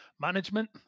Management